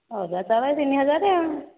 ଅରୁଆ ଚାଉଳ ତିନି ହଜାର ଆଉ